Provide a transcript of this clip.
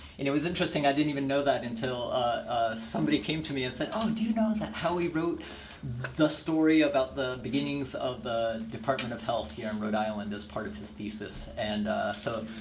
and it was interesting, i didn't even know that until somebody came to me and said, oh, did you know that howie wrote the story about the beginnings of the department of health here in rhode island, as part of his thesis? and so